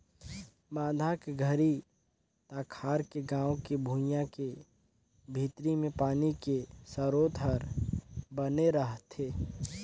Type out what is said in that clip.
बांधा के घरी तखार के गाँव के भुइंया के भीतरी मे पानी के सरोत हर बने रहथे